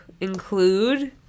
include